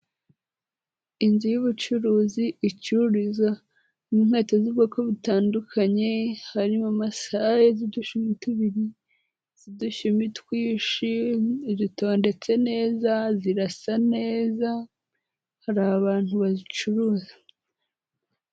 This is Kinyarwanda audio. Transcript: Inzu y'ubucuruzi icururizwamo inkweto z'ubwoko butandukanye harimo masaye z'udushumi tubiri, iz'udushyumi twinshi, zitondetse neza, zirasa neza, hari abantu bazicuruza.